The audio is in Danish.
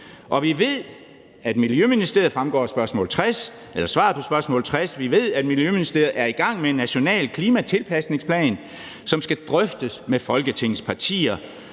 60, at Miljøministeriet er i gang med en national klimatilpasningsplan, som skal drøftes med Folketingets partier,